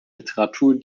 literatur